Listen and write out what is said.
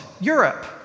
Europe